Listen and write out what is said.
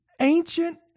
ancient